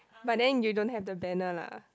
but then you don't have the banner lah